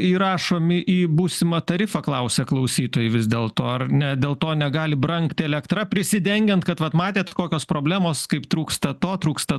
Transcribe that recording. įrašomi į būsimą tarifą klausia klausytojai vis dėlto ar ne dėl to negali brangti elektra prisidengiant kad vat matėt kokios problemos kaip trūksta to trūksta